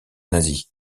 nazis